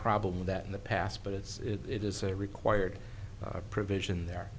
problem with that in the past but it's it is a required provision there